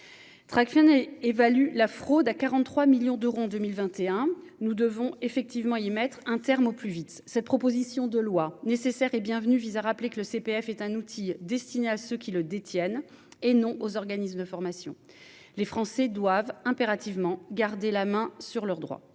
Tracfin. Évalue la fraude à 43 millions d'euros en 2021, nous devons effectivement y mettre un terme au plus vite cette proposition de loi nécessaire et bienvenu vise à rappeler que le CPF est un outil destiné à ceux qui le détiennent et non aux organismes de formation. Les Français doivent impérativement garder la main sur leurs droits.